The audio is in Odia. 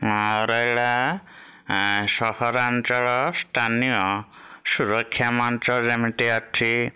ଆଉ ରହିଲା ସହରାଞ୍ଚଳ ସ୍ଥାନୀୟ ସୁରକ୍ଷା ମଞ୍ଚ ଯେମିତି ଅଛି